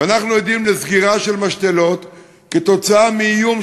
ואנחנו עדים לסגירה של משתלות כתוצאה מאיום